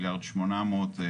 מיליארד 800,000,